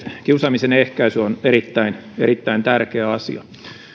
kiusaamisen ehkäisy on erittäin erittäin tärkeä asia